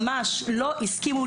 ממש לא הסכימו.